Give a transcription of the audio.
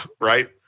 right